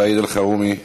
סעיד אלחרומי,